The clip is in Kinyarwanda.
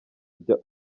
ibyo